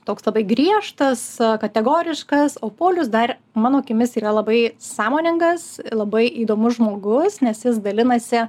toks labai griežtas kategoriškas o paulius dar mano akimis yra labai sąmoningas labai įdomus žmogus nes jis dalinasi